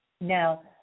Now